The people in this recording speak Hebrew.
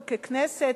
גם ככנסת,